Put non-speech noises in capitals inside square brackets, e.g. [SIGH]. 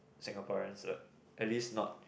Singaporeans [NOISE] at least not